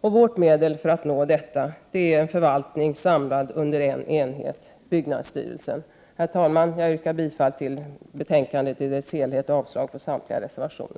Vårt medel för att nå detta är en förvaltning samlad under en enhet, byggnadsstyrelsen. Herr talman! Jag yrkar bifall till utskottets hemställan i dess helhet och avslag på samtliga reservationer.